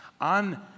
on